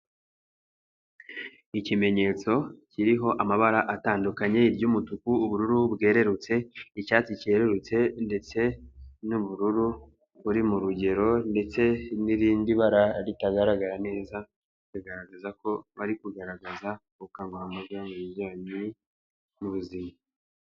Ikimenyetso kiriho amabara atandukanye iry'umutuku, ubururu bwererurutse, icyatsi cyerurutse ndetse n'ubururu buri mu rugero, ndetse n'irindi bara ritagaragara neza bigaragaza ko bari kugaragaza gukangura amajwi mu bijyanye n'ubuzima.